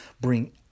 bring